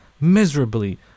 miserably